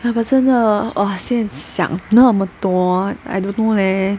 ya but 真的 !wah! 现想那么多 I don't know leh